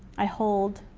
i hold.